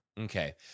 Okay